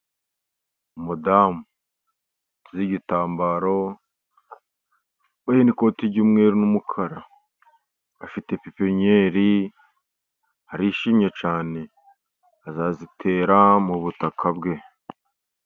Umudamu witeze igitambaro, yambaye n'ikoti ry'umweru n'umukara afite pepenyeri arishimye cyane azazitera mu butaka bwe.